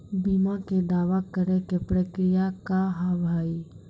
बीमा के दावा करे के प्रक्रिया का हाव हई?